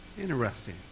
Interesting